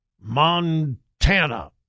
Montana